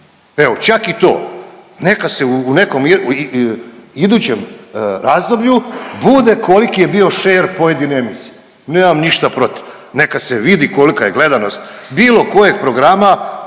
evo čak i to, neka se u nekom idućem razdoblju bude koliki je bio šer pojedine emisije, nemam ništa protiv, neka se vidi kolika je gledanost bilo kojeg programa